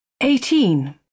Eighteen